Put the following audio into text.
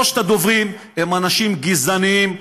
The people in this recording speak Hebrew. שלושת הדוברים הם אנשים גזענים,